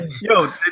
Yo